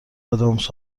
ادامس